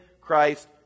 Christ